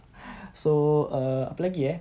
so err apa lagi eh